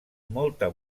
molta